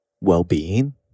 well-being